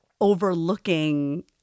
overlooking